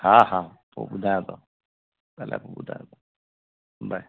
हा हा पोइ ॿुधायां थो ॻाल्हाए पोइ ॿुधायां थो बाय